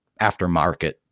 aftermarket